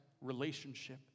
relationship